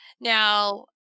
Now